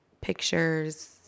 pictures